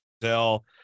tell